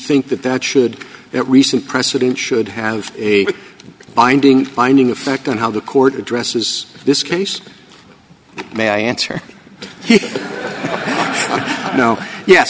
think that that should that recent precedent should be binding binding effect on how the court addresses this case may i answer no ye